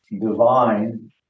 divine